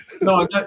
No